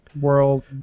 world